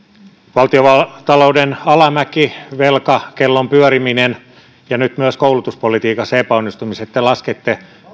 valtiontalouden alamäen velkakellon pyörimisen ja nyt myös koulutuspolitiikassa epäonnistumiset te laskette